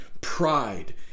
pride